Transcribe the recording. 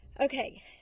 Okay